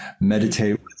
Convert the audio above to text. meditate